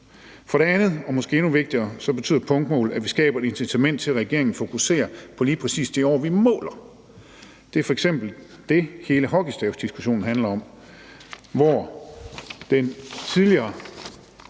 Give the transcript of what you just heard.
For det andet – og måske endnu vigtigere – betyder punktmål, at vi skaber et incitament til, at regeringen fokuserer på lige præcis de år, vi måler. Det er f.eks. det, hele hockeystavsdiskussionen handler om, hvor den tidligere